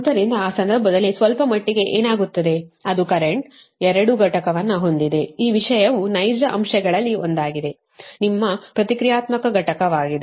ಆದ್ದರಿಂದ ಆ ಸಂದರ್ಭದಲ್ಲಿ ಸ್ವಲ್ಪ ಮಟ್ಟಿಗೆ ಏನಾಗುತ್ತದೆ ಅದು ಕರೆಂಟ್ 2 ಘಟಕವನ್ನು ಹೊಂದಿದೆ ಈ ವಿಷಯವು ನೈಜ ಅಂಶಗಳಲ್ಲಿ ಒಂದಾಗಿದೆ ನಿಮ್ಮ ಪ್ರತಿಕ್ರಿಯಾತ್ಮಕ ಘಟಕವಾಗಿದೆ